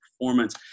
performance